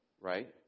right